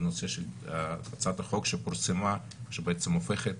בנושא של הצעת החוק שפורסמה שבעצם הופכת